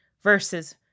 versus